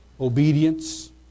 obedience